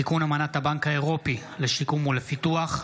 תיקון אמנת הבנק האירופי לשיקום ולפיתוח,